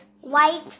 white